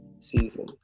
season